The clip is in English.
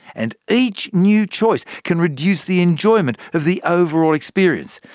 and each new choice can reduce the enjoyment of the overall experience.